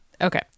Okay